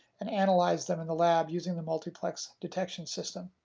and analyzed them in the lab using the multiplex detection system.